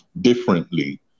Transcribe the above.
differently